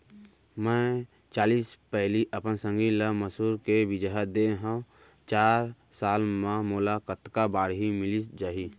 मैं चालीस पैली अपन संगी ल मसूर के बीजहा दे हव चार साल म मोला कतका बाड़ही मिलिस जाही?